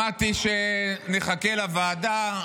שמעתי שנחכה לוועדה,